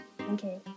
okay